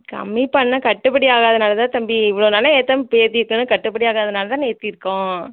கம்மி பண்ணா கட்டுப்படி ஆகாதனால் தான் தம்பி இவ்வளோ நாளாக ஏற்றாம இப்போ ஏற்றி இருக்கோன்னா கட்டுபடி ஆகாதனால் தானே ஏற்றிருக்கோம்